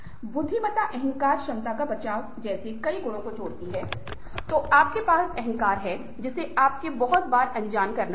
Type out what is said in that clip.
बुद्धिमत्ता अहंकार क्षमता का बचाव जैसे कई गुणों को जोड़ती है तो आपके पास अहंकार है जिसे आपको बहुत बार अनजान करना होगा